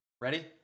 Ready